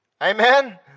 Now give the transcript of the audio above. Amen